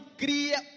cria